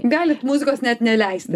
galit muzikos net neleisti